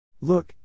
Look